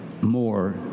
more